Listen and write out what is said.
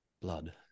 blood